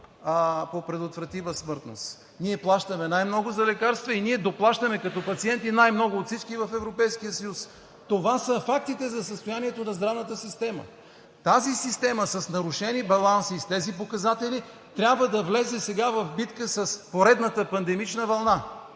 по предотвратима смъртност, плащаме най-много за лекарства и като пациенти доплащаме най-много от всички в Европейския съюз. Това са фактите за състоянието на здравната система. Тази система с нарушени баланси и с тези показатели трябва да влезе сега в битка с поредната пандемична вълна.